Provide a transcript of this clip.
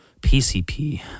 PCP